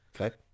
Okay